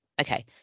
Okay